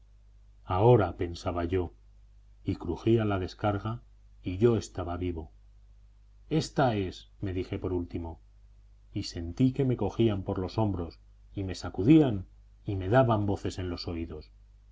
ahora pensaba yo y crujía la descarga y yo estaba vivo ésta es me dije por último y sentí que me cogían por los hombros y me sacudían y me daban voces en los oídos